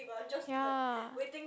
ya